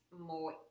more